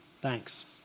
Thanks